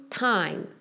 time